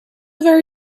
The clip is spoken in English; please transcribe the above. very